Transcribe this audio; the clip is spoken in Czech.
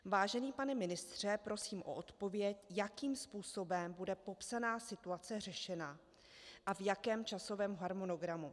Vážený pane ministře, prosím o odpověď, jakým způsobem bude popsaná situace řešena a v jakém časovém harmonogramu.